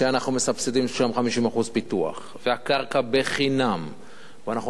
שאנחנו מסבסדים שם 50% פיתוח והקרקע בחינם ואנחנו